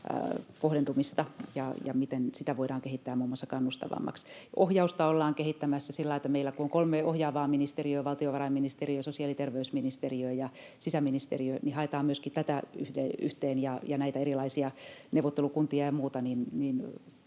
kohdentumista ja sitä, miten sitä voidaan kehittää muun muassa kannustavammaksi. Ohjausta ollaan kehittämässä sillä lailla, että kun meillä on kolme ohjaavaa ministeriötä — valtiovarainministeriö, sosiaali- ja terveysministeriö ja sisäministeriö — ja näitä erilaisia neuvottelukuntia ja muita,